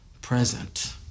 present